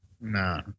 Nah